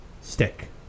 stick